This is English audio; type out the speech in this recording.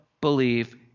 believe